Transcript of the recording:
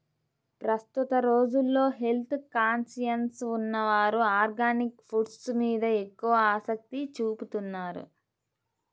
ప్రస్తుత రోజుల్లో health conscious ఉన్నవారు ఆర్గానిక్ ఫుడ్స్ మీద ఎక్కువ ఆసక్తి చూపుతున్నారు